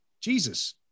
Jesus